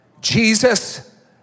Jesus